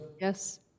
Yes